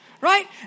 right